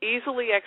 easily